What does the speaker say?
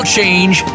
Change